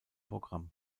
programm